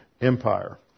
empire